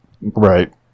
Right